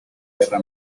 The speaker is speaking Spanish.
guerra